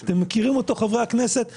שאתם, חברי הכנסת, מכירים אותו.